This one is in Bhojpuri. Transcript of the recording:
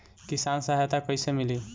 किसान सहायता कईसे मिली?